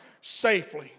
safely